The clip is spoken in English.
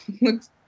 looks